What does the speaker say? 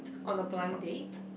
on a blind date